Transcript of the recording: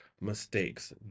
mistakes